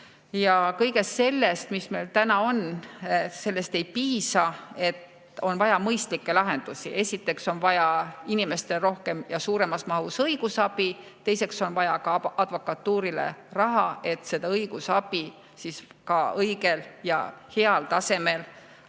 Kõigest sellest, mis meil täna on, ei piisa, on vaja mõistlikke lahendusi. Esiteks on vaja inimestele rohkem ja suuremas mahus õigusabi, teiseks on vaja ka advokatuurile raha, et seda õigusabi heal tasemel anda.